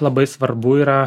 labai svarbu yra